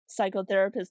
Psychotherapist